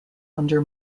under